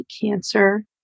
cancer